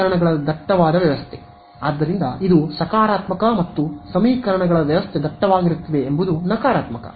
ಸಮೀಕರಣಗಳ ದಟ್ಟವಾದ ವ್ಯವಸ್ಥೆ ಆದ್ದರಿಂದ ಇದು ಸಕಾರಾತ್ಮಕ ಮತ್ತು ಸಮೀಕರಣಗಳ ವ್ಯವಸ್ಥೆ ದಟ್ಟವಾಗಿರುತ್ತದೆ ಎಂಬುದು ನಕಾರಾತ್ಮಕ